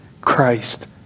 Christ